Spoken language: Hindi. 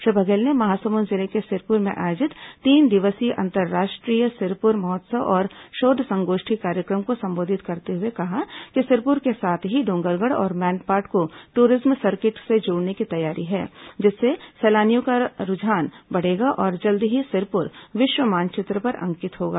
श्री बघेल ने महासमुंद जिले के सिरपुर में आयोजित तीन दिवसीय अंतर्राष्ट्रीय सिरपुर महोत्सव और शोध संगोष्ठी कार्यक्रम को संबोधित करते हुए कहा कि सिरपुर के साथ ही डोंगरगढ़ और मैनपाट को टूरिज्म सर्किट से जोड़ने की तैयारी है जिससे सैलानियों का रूझान बढ़ेगा और जल्द ही सिरपुर विश्व मानचित्र पर अंकित होगा